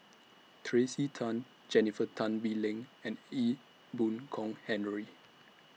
Tracey Tan Jennifer Tan Bee Leng and Ee Boon Kong Henry